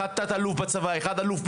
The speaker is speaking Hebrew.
אחד תת אלוף אחד אל"מ,